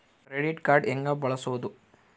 Credit card ಹೆಂಗ ಬಳಸೋದು?